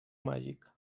màgic